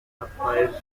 applies